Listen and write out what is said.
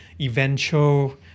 eventual